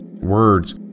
words